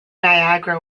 niagara